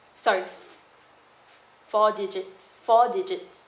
sorry four digits four digits